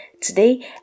today